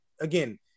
again